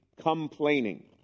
complaining